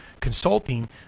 consulting